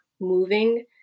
moving